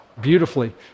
Beautifully